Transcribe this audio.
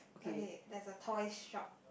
okay there's a toy shop